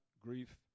grief